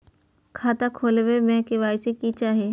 खाता खोला बे में के.वाई.सी के चाहि?